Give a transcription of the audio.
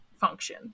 function